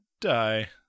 die